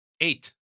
Eight